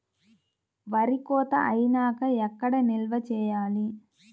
వరి కోత అయినాక ఎక్కడ నిల్వ చేయాలి?